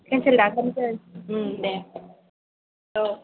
cancel दाखालामसै दे औ